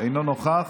אינו נוכח,